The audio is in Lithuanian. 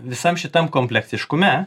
visam šitam kompleksiškume